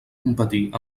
competir